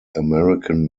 american